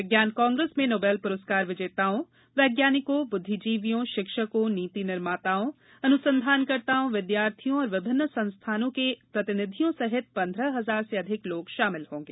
विज्ञान कांग्रेस में नोबेल पुरस्कार विजेताओं वैज्ञानिकों बुद्धिजीवियों शिक्षकों नीति निर्माताओं अनुसंधानकर्ताओं विद्यार्थियों और विभिन्न संस्थानों के प्रतिनिधियों सहित पन्द्रह हजार से अधिक लोग षामिल होंगे